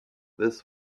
this